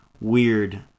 weird